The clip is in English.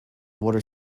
water